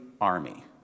army